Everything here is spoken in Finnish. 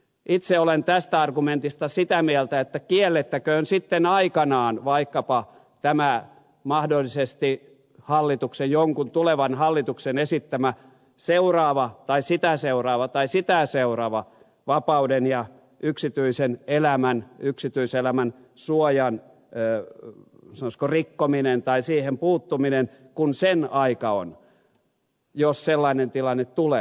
itse olen tästä argumentista sitä mieltä että kiellettäköön sitten aikanaan vaikkapa tämä mahdollisesti jonkun tulevan hallituksen esittämä seuraava tai sitä seuraava tai sitä seuraava vapauden ja yksityisen elämän yksityiselämän suojan sanoisiko rikkominen tai siihen puuttuminen kun sen aika on jos sellainen tilanne tulee